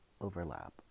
overlap